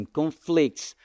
conflicts